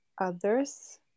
others